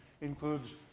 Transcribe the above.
includes